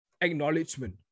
acknowledgement